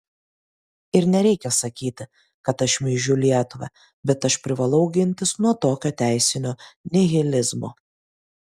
ir nereikia sakyti kad aš šmeižiu lietuvą bet aš privalau gintis nuo tokio teisinio nihilizmo